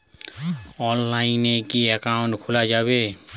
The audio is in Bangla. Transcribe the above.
অনলাইনে কি অ্যাকাউন্ট খোলা যাবে?